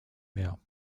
mehr